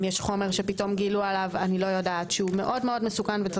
אם יש חומר שפתאום גילו עליו לא יודעת - שהוא מאוד מסוכן ויש